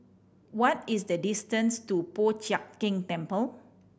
what is the distance to Po Chiak Keng Temple